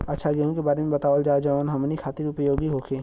अच्छा गेहूँ के बारे में बतावल जाजवन हमनी ख़ातिर उपयोगी होखे?